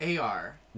AR